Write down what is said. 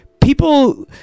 people